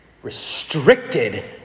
Restricted